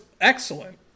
excellent